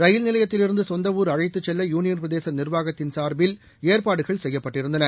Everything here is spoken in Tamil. ரயில் நிலையத்தில் இருந்து சொந்த ஊர் அழைத்துச் செல்ல யூளியன்பிரதேச நிர்வாகத்தின் சார்பில் ஏற்பாடுகள் செய்யப்பட்டிருந்தன